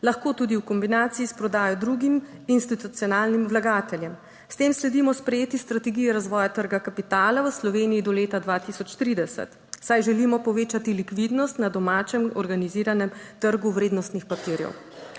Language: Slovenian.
lahko tudi v kombinaciji s prodajo drugim institucionalnim vlagateljem. S tem sledimo sprejeti strategiji razvoja trga kapitala v Sloveniji do leta 2030, saj želimo povečati likvidnost na domačem organiziranem trgu vrednostnih papirjev.